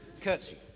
Curtsy